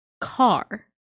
car